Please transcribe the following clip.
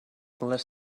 les